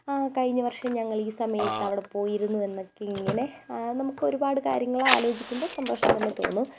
ആ കഴിഞ്ഞവർഷം ഞങ്ങൾ ഈ സമയത്ത് അവിടെ പോയിരുന്നു എന്നൊക്കെ ഇങ്ങനെ നമുക്ക് ഒരുപാട് കാര്യങ്ങൾ ആലോചിക്കുമ്പോൾ സന്തോഷം തന്നെ തോന്നും